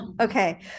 Okay